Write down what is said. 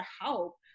help